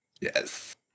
Yes